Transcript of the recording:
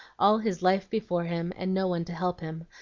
all his life before him, and no one to help him,